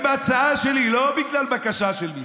אני, ההצעה שלי, לא בגלל בקשה של מישהו: